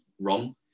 wrong